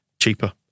cheaper